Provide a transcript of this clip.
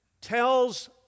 tells